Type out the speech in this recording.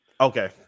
Okay